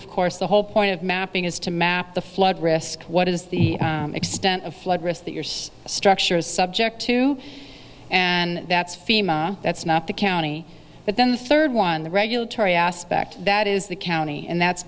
of course the whole point of mapping is to map the flood risk what is the extent of flood risk that your structure is subject to and that's that's not the county but then the third one the regulatory aspect that is the county and that's